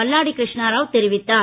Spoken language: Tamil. மல்லாடி கிருஷ்ணராவ் தெரிவித்தார்